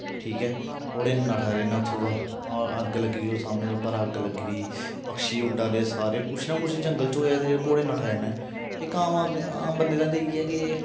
ठीक ऐ घोडे़ नट्ठा दे न उत्थूं दा अग्ग लग्गी दी ओह् सामने लब्भा दा अग्ग लग्गी दी पक्षी उड्ढा दे सारे कुछ ना कुछ जंगल च होआ जेह्डे़ घोडे़ नट्ठा दे न इक आम बंदे दे दिले च इ'यै कि